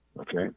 Okay